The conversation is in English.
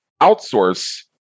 outsource